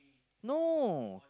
no